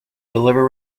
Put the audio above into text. deliver